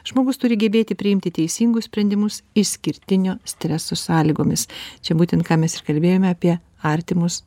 žmogus turi gebėti priimti teisingus sprendimus išskirtinio streso sąlygomis čia būtent ką mes ir kalbėjome apie artimus